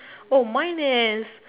oh mine is